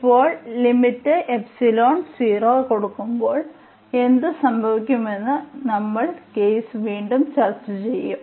ഇപ്പോൾ കൊടുക്കുമ്പോൾ എന്ത് സംഭവിക്കുമെന്ന് നമ്മൾ കേസ് വീണ്ടും ചർച്ച ചെയ്യും